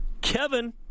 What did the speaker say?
Kevin